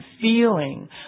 feeling